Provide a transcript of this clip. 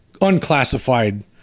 unclassified